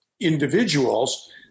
individuals